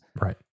Right